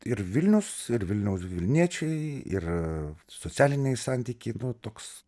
ir vilnius ir vilniaus vilniečiai ir socialiniai santykiai nu toks